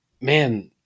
man